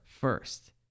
first